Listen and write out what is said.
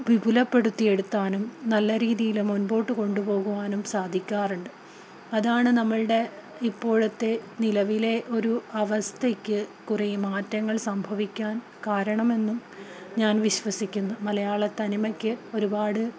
വിപുലപ്പെടുത്തിയെടുക്കാനും നല്ല രീതിയില് മുന്നോട്ട് കൊണ്ടുപോകുവാനും സാധിക്കാറുണ്ട് അതാണ് നമ്മുടെ ഇപ്പോഴത്തെ നിലവിലെ ഒരു അവസ്ഥയ്ക്ക് കുറേ മാറ്റങ്ങൾ സംഭവിക്കാൻ കാരണമെന്നും ഞാൻ വിശ്വസിക്കുന്നു മലയാളത്തനിമയ്ക്ക് ഒരുപാട്